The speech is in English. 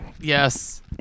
Yes